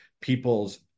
people's